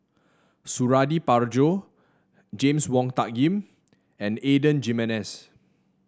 Suradi Parjo James Wong Tuck Yim and Adan Jimenez